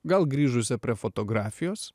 gal grįžusią prie fotografijos